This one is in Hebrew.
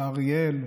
באריאל,